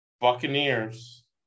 Buccaneers